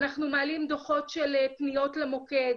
אנחנו מעלים דו"חות של פניות למוקד,